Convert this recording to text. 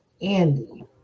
andy